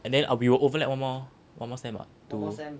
and then I will be overlap one more one more sem [what]